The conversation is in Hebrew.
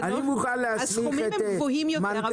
הסכמים הם גבוהים יותר.